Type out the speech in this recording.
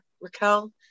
Raquel